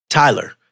Tyler